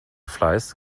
fleiß